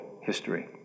history